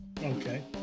Okay